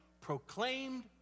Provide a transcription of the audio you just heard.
proclaimed